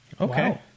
Okay